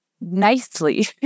nicely